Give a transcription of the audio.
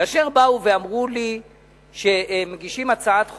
כאשר באו ואמרו לי שמגישים הצעת חוק,